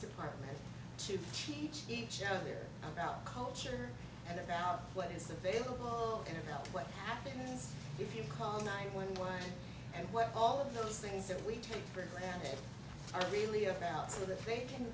department to teach each other about culture and about what is available and about what happens if you call nine one one and what all of those things that we take for granted are really about so th